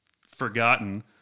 forgotten